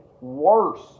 worse